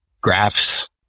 graphs